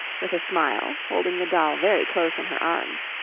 with a smile, holding the doll very close in her arms,